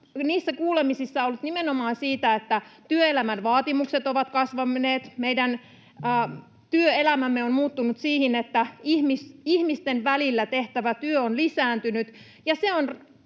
niissä kuulemisissa ollut nimenomaan puhetta siitä, että työelämän vaatimukset ovat kasvaneet, meidän työelämämme on muuttunut siihen suuntaan, että ihmisten välillä tehtävä työ on lisääntynyt,